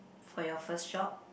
for your first job